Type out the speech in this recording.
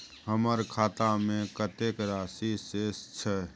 हमर खाता में कतेक राशि शेस छै?